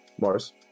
Mars